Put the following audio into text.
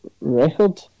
record